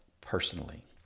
personally